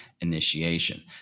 initiation